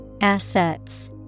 Assets